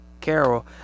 Carol